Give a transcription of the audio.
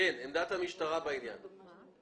עמדת המשטרה בעניין, בבקשה.